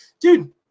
dude